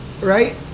right